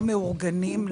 לא מאורגנים,